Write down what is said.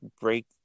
break